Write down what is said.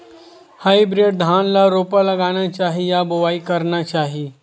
Hybrid धान ल रोपा लगाना चाही या बोआई करना चाही?